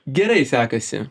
gerai sekasi